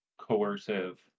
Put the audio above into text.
coercive